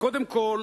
שקודם כול